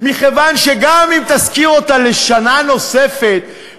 מכיוון שגם אם תשכיר אותה לשנה נוספת,